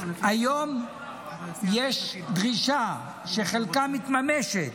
היום יש דרישה שחלקה מתממשת,